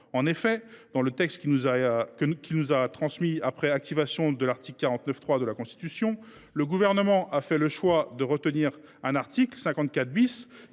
du plan. Dans le texte qu’il nous a transmis après activation de l’article 49.3 de la Constitution, le Gouvernement a fait le choix de retenir un article 54 ,